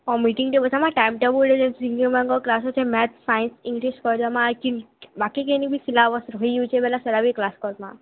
ହଁ ମିଟିଂଟେ ବସାମା ଟାଇମ୍ ଟେବୁଲ୍ ଯେନ୍ ସିନିୟର୍ ମାନକଁର୍ କ୍ଲାସ୍ ଅଛେ ମ୍ୟାଥ୍ ସାଇନ୍ସ୍ ଇଂଲିଶ୍ ପଢ଼ାମା ବାକି କେନେ ବି ସିଲାବସ୍ ରହିଯଉଛେ ବେଲେ ସେଟା ବି କ୍ଲାସ୍ କରମା